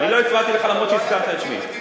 יקירי, אני לא הפרעתי לך, אפילו שהזכרת את שמי.